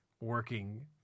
working